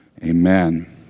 Amen